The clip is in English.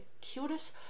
cutest